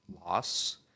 loss